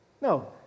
No